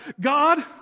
God